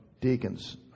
deacons